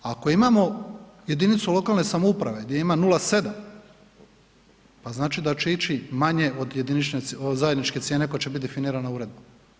Ako imamo jedinicu lokalne samouprave gdje ima 0,7, pa znači da će ići manje od jedinične cijene od zajedničke cijene koja će biti definirana uredbom.